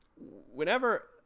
whenever